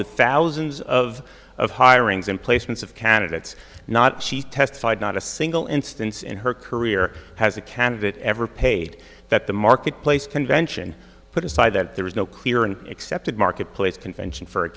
with thousands of of hirings and placements of candidates not she testified not a single instance in her career has a candidate ever paid that the marketplace convention put aside that there was no clear and accepted marketplace convention for a